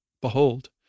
Behold